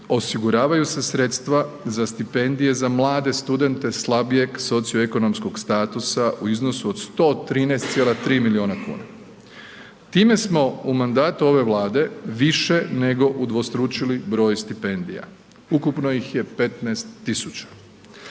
osiguravaju se sredstva za stipendije za mlade studente slabijeg socioekonomskog statusa u iznosu od 113,3 milijuna kuna. Time smo u mandatu ove Vlade više nego udvostručili broj stipendija, ukupno ih je 15 000.